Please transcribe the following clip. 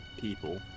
people